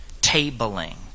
tabling